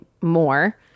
more